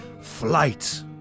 flight